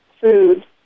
food